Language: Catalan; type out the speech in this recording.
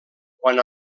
quan